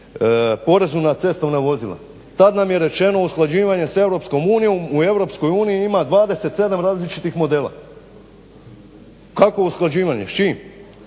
porezu na cestovna vozila. Tada nam je rečeno usklađivanja sa EU, u EU ima 27 različitih modela. Kakvo usklađivanje? S čim?